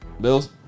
Bills